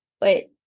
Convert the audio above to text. Wait